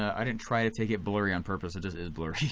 i didn't try to take it blurry on purpose, it just is blurry.